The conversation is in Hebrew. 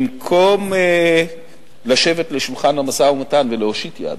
במקום לשבת לשולחן המשא-ומתן ולהושיט יד,